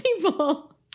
people